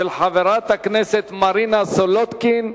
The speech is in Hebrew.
של חברת הכנסת מרינה סולודקין.